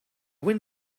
wind